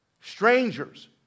Strangers